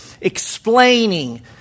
explaining